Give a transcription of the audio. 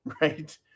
right